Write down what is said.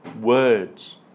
words